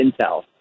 intel